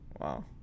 Wow